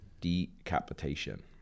Decapitation